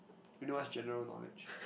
you know what's general knowledge